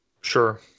Sure